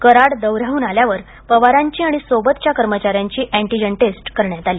कराड दौऱ्याहून आल्यावर पवारांची आणि सोबतच्या कर्मचार्यां ची अँटिजन टेस्ट करण्यात आली